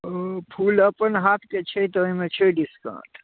फुल अपन हाथके छै तऽ ओहिमे छै डिस्काउन्ट